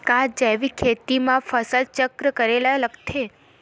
का जैविक खेती म फसल चक्र करे ल लगथे?